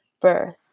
birth